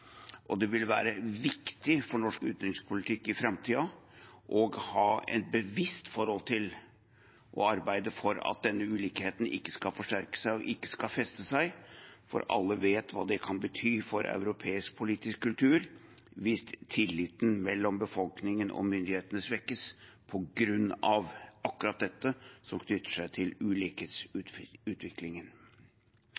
Det vil være viktig for norsk utenrikspolitikk i framtiden å ha et bevisst forhold til å arbeide for at denne ulikheten ikke skal forsterke seg og ikke skal feste seg, for alle vet hva det kan bety for europeisk politisk kultur hvis tilliten mellom befolkningen og myndighetene svekkes på grunn av akkurat dette som knytter seg til